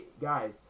guys